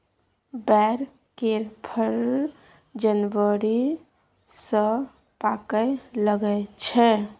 बैर केर फर जनबरी सँ पाकय लगै छै